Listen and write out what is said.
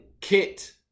kit